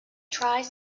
tries